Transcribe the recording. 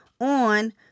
on